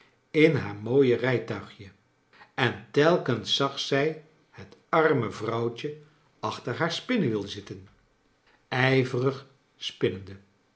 in haar mooie rijtuigje en telkens zag zij het arme vrouwtje achter haar spinnewiel zitten ijverig spinnende